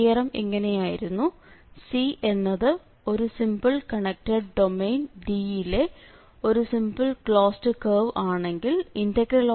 theorem ഇങ്ങനെയായിരുന്നു C എന്നത് ഒരു സിംപിൾ കണക്ടഡ് ഡൈമെയ്ൻ D യിലെ ഒരു സിംപിൾ ക്ലോസ്ഡ് കേർവ് ആണെങ്കിൽ Cfzdz0 ആയിരിക്കും